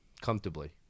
comfortably